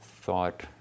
thought